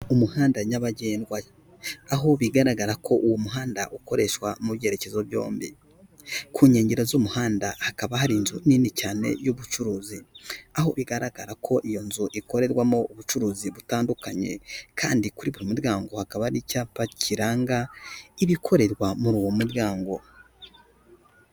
Umuhanda nyabagendwa aho bigaragara ko uwo muhanda ukoreshwa mu byerekezo byombi, ku nkengero z'umuhanda hakaba hari inzu nini cyane y'ubucuruzi aho bigaragara ko iyo nzu ikorerwamo ubucuruzi butandukanye, kandi kuri buri muryango hakaba hari icyapa kiranga ibikorerwa muri uwo muryango.